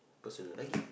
personal lagi